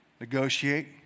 negotiate